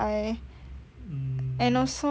and also